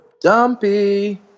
Dumpy